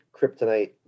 kryptonite